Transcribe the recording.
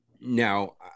Now